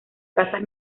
casas